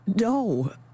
No